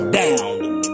down